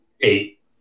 eight